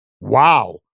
Wow